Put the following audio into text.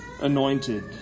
anointed